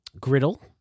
griddle